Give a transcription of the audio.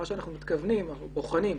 מה שאנחנו מתכוונים, אנחנו בוחנים.